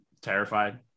terrified